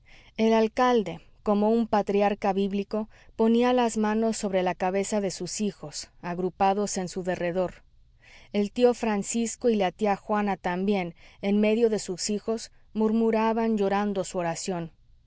el alcalde como un patriarca bíblico ponía las manos sobre la cabeza de sus hijos agrupados en su derredor el tío francisco y la tía juana también en medio de sus hijos murmuraban llorando su oración